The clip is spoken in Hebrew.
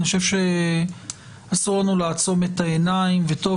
אני חושב שאסור לנו לעצום את העיניים וטוב